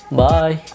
bye